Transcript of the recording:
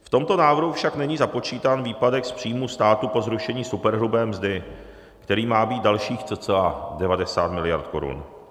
V tomto návrhu však není započítán výpadek z příjmů státu po zrušení superhrubé mzdy, který má být dalších cca 90 mld. korun.